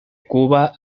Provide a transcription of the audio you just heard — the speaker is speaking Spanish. cuba